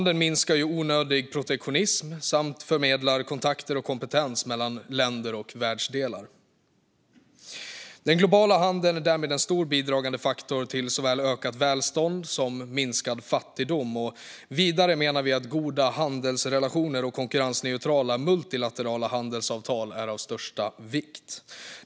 Den minskar onödig protektionism samt förmedlar kontakter och kompetens mellan länder och världsdelar. Den globala handeln är därmed en stor bidragande faktor till såväl ökat välstånd som minskad fattigdom. Vi menar också att goda handelsrelationer och konkurrensneutrala multilaterala handelsavtal är av största vikt.